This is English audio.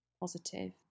positive